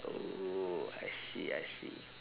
oh I see I see